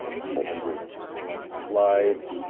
ah two hundred slide,